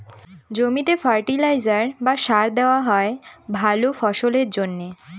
জমিতে ফার্টিলাইজার বা সার দেওয়া হয় ভালা ফসলের জন্যে